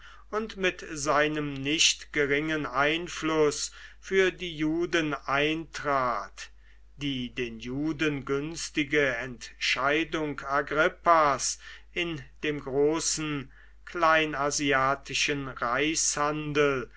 und mit seinem nicht geringen einfluß für die juden eintrat die den juden günstige entscheidung agrippas in dem großen kleinasiatischen